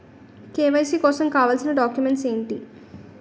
KYC కోసం కావాల్సిన documents ఎంటి?